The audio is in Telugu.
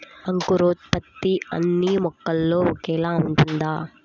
అంకురోత్పత్తి అన్నీ మొక్కల్లో ఒకేలా ఉంటుందా?